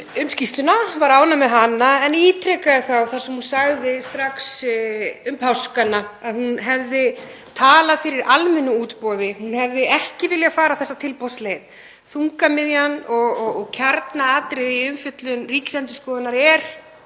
um skýrsluna; var ánægð með hana en ítrekaði það sem hún sagði strax um páskana, að hún hefði talað fyrir almennu útboði, hún hefði ekki viljað fara þessa tilboðsleið. Þungamiðjan og kjarnaatriðið í umfjöllun Ríkisendurskoðunar er